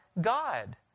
God